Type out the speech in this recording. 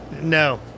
No